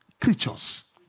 creatures